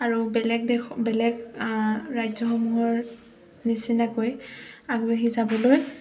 আৰু বেলেগ দেশৰ বেলেগ ৰাজ্যসমূহৰ নিচিনাকৈ আগবাঢ়ি যাবলৈ